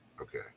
Okay